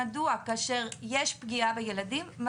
כאשר יש פגיעה בילדים,